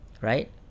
Right